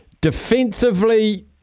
Defensively